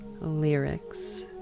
lyrics